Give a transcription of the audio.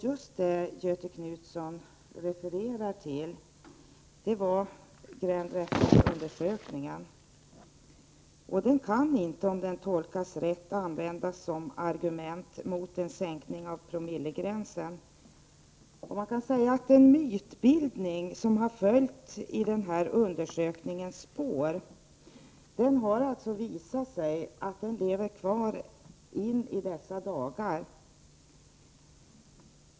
Just det Göthe Knutson refererar till var Grand Rapids-undersökningen. Den kan inte, om den tolkas rätt, användas som argument mot en sänkning av promillegränsen. Det har alltså visat sig att den mytbildning som har följt i den här undersökningens spår lever kvar in i dessa dagar.